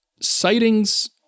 sightings